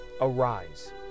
Arise